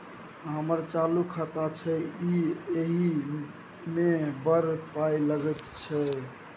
हमर चालू खाता छै इ एहि मे बड़ पाय लगैत छै